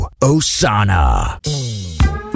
Osana